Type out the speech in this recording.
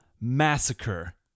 massacre